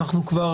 אנחנו כבר